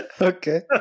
Okay